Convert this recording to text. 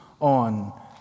on